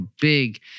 big